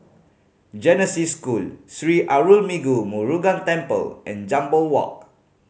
Genesis School Sri Arulmigu Murugan Temple and Jambol Walk